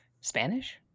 Spanish